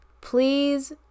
please